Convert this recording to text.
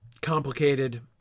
complicated